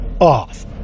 off